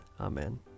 Amen